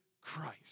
Christ